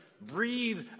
breathe